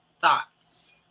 thoughts